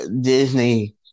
Disney